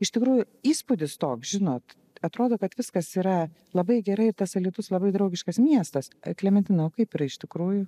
iš tikrųjų įspūdis toks žinot atrodo kad viskas yra labai gerai ir tas alytus labai draugiškas miestas klementina o kaip yra iš tikrųjų